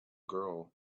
girl